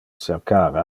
cercar